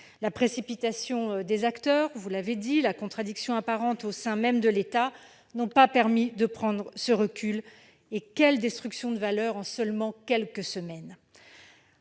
La précipitation des acteurs et la contradiction apparente au sein même de l'État n'ont pas permis de prendre ce recul. Quelle destruction de valeur en seulement quelques semaines !